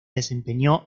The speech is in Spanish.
desempeñó